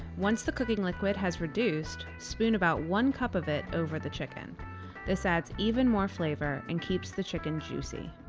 once the cooking liquid has reduced, spoon about one cup of it over the chicken this adds even more flavor and keeps the chicken juicy.